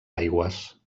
aigües